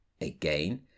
again